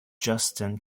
justin